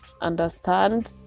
understand